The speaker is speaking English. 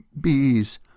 bees